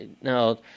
now